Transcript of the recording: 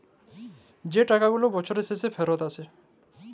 যে টাকা গুলা বসরের শেষে ফিরত আসে